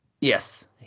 Yes